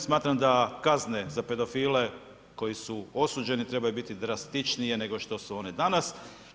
Smatram da kazne za pedofile koji su osuđeni trebaju biti drastičnije nego što su one danas.